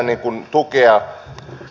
kysynkin ulkoministeriltä